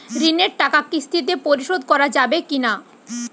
ঋণের টাকা কিস্তিতে পরিশোধ করা যাবে কি না?